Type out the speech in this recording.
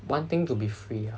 wanting to be free ah